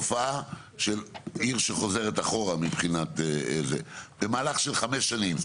עיר שחוזרת אחורה במהלך של חמש שנים.